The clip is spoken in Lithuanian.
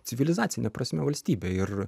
civilizacine prasme valstybė ir